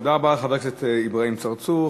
תודה רבה לחבר הכנסת אברהים צרצור.